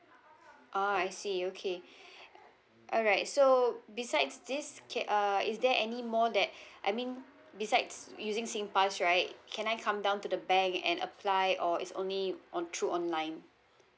ah I see okay alright so besides this K uh is there anymore that I mean besides using singpass right can I come down to the bank and apply or it's only on through online